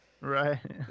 Right